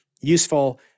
useful